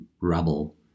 rubble